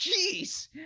Jeez